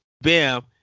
Bam